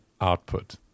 output